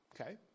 okay